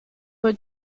were